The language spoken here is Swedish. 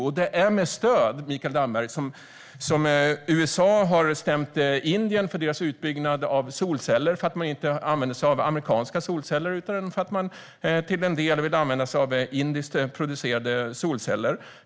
Och det var med stöd av WTO, Mikael Damberg, som USA för ett par år sedan stämde Indien för deras utbyggnad av solceller. De använder sig inte av amerikanska solceller utan vill till en del använda sig av indiskt producerade solceller.